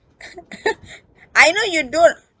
I know you don't